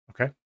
Okay